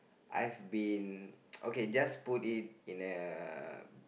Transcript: I've been okay just put it in a